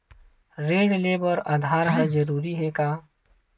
ऋण ले बर आधार ह जरूरी हे का?